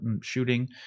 shooting